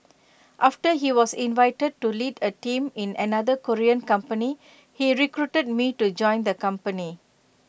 after he was invited to lead A team in another Korean company he recruited me to join the company